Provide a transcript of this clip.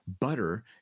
butter